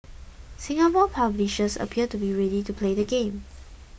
Singapore publishers appear to be ready to play the game